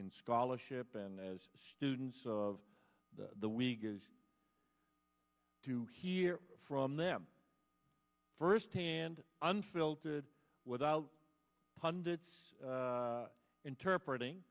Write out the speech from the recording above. in scholarship and as students of the week is to hear from them firsthand unfiltered without pundits interpret ing